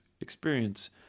experience